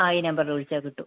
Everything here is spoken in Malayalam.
ആ ഈ നമ്പറിൽ വിളിച്ചാൽ കിട്ടും